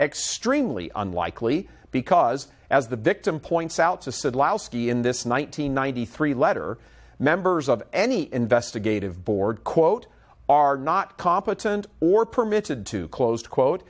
extremely unlikely because as the victim points out to sit in this nine hundred and ninety three letter members of any investigative board quote are not competent or permitted to closed quote